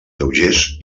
lleugers